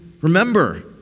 remember